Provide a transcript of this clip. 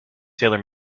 taylor